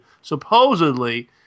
supposedly